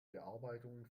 bearbeitungen